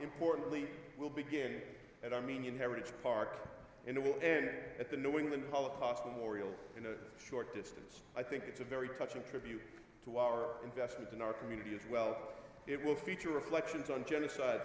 importantly will begin at armenian heritage part in the air at the new england holocaust memorial in a short distance i think it's a very touching tribute to our investment in our community as well it will feature reflections on genocide